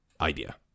idea